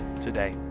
today